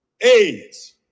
AIDS